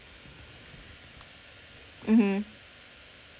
mmhmm